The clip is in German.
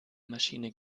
maschine